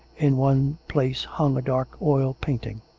in one place hung a dark oil paint ing.